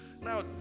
Now